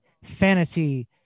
fantasy